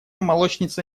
молочница